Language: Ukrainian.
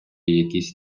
якісь